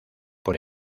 por